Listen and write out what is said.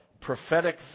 prophetic